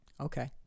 okay